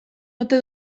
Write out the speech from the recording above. ote